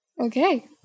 okay